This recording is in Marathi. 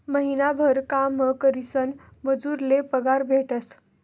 महिनाभर काम करीसन मजूर ले पगार भेटेस